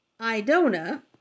Idona